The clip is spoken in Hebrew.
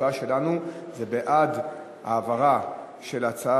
ההצבעה שלנו היא בעד העברה של ההצעה